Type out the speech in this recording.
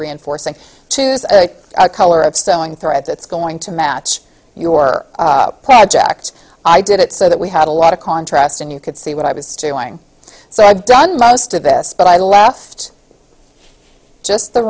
reinforcing choose a color of sewing thread that's going to match your project i did it so that we had a lot of contrast and you could see what i was doing so i've done most of this but i left just the